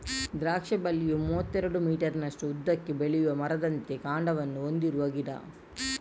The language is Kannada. ದ್ರಾಕ್ಷಿ ಬಳ್ಳಿಯು ಮೂವತ್ತೆರಡು ಮೀಟರಿನಷ್ಟು ಉದ್ದಕ್ಕೆ ಬೆಳೆಯುವ ಮರದಂತೆ ಕಾಂಡವನ್ನ ಹೊಂದಿರುವ ಗಿಡ